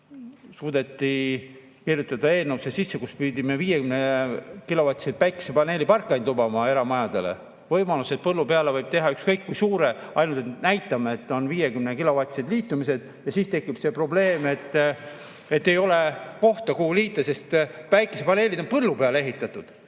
suudeti kirjutada eelnõusse sisse, et me pidime 50-kilovatiseid päikesepaneeliparklaid lubama eramajadele, võimaluse, et põllu peale võib teha ükskõik kui suure, ainult näitame, et on 50-kilovatised liitumised. Aga siis tekib see probleem, et ei ole kohta, kuhu liita, sest päikesepaneelid on põllu peale ehitatud.